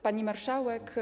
Pani Marszałek!